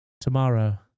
tomorrow